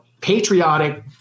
patriotic